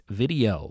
video